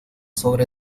sobre